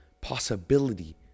possibility